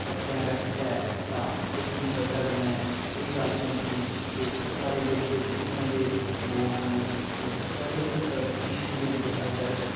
अग्गें रक्खचै तां ओह्दी बजह कन्नै एह् गल्ल होंदी कि साढ़े जेह्के इत्थुआं दे लोक न ओह् बड़े मतलब पिछड़ी जंदे अगर